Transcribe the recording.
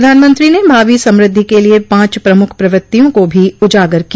प्रधानमंत्री ने भावी समृद्धि के लिए पांच प्रमुख प्रवृत्तिया को भी उजागर किया